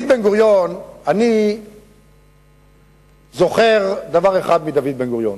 אני זוכר דבר אחד מדוד בן-גוריון.